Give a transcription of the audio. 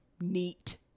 Neat